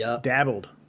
dabbled